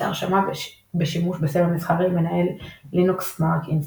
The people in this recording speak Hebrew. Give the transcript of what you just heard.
את ההרשמה בשימוש בסמל המסחרי מנהל Linux Mark Institute.